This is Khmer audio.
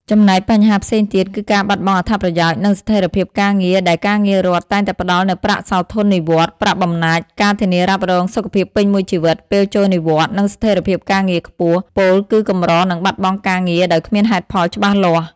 ចំណែកបញ្ហាផ្សេងទៀតគឺការបាត់បង់អត្ថប្រយោជន៍ និងស្ថិរភាពការងារដែលការងាររដ្ឋតែងតែផ្តល់នូវប្រាក់សោធននិវត្តន៍ ប្រាក់បំណាច់ ការធានារ៉ាប់រងសុខភាពពេញមួយជីវិត ពេលចូលនិវត្តន៍ និងស្ថិរភាពការងារខ្ពស់ ពោលគឺកម្រនឹងបាត់បង់ការងារដោយគ្មានហេតុផលច្បាស់លាស់។